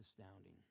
astounding